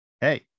hey